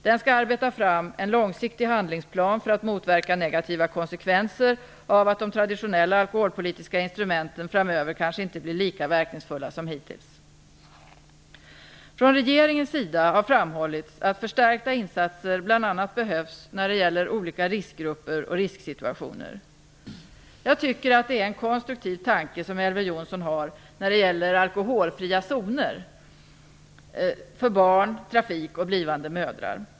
Den skall arbeta fram en långsiktig handlingsplan för att motverka negativa konsekvenser av att de traditionella alkoholpolitiska instrumenten framöver kanske inte blir lika verkningsfulla som hittills. Från regeringens sida har framhållits att förstärkta insatser bl.a. behövs när det gäller olika riskgrupper och risksituationer. Jag tycker att det är en konstruktiv tanke som Elver Jonsson har när det gäller "alkoholfria zoner" för barn, trafik och blivande mödrar.